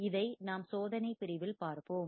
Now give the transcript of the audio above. இதை நாம் சோதனை பிரிவில் பார்ப்போம்